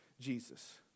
Jesus